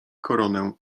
koronę